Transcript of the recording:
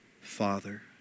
Father